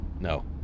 no